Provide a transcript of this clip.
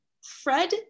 Fred